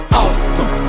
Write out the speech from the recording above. awesome